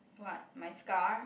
what my scar